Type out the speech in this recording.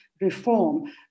reform